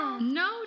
no